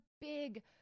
big